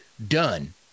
done